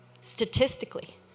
statistically